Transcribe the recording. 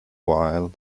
while